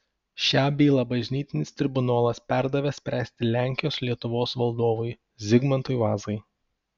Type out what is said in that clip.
šią bylą bažnytinis tribunolas perdavė spręsti lenkijos lietuvos valdovui zigmantui vazai